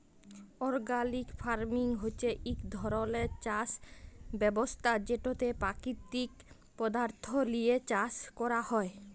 organic farming হছে ইক ধরলের চাষ ব্যবস্থা যেটতে পাকিতিক পদাথ্থ লিঁয়ে চাষ ক্যরা হ্যয়